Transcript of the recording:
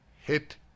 Hit